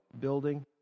building